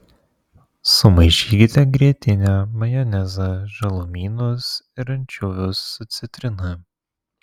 sumaišykite grietinę majonezą žalumynus ir ančiuvius su citrina